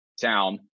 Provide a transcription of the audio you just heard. town